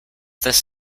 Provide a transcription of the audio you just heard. this